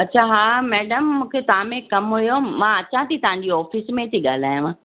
अछा हा मैडम मूंखे तव्हां में कमु हुयो मां अचां थी तव्हांजी ऑफ़िस में थी ॻाल्हायांव